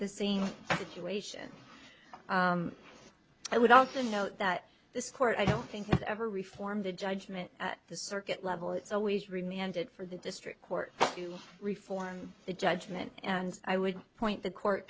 the same situation i would also note that this court i don't think i've ever reform the judgement the circuit level it's always reminded for the district court to reform the judgement and i would point the court